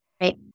right